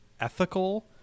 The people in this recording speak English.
ethical